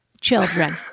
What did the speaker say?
children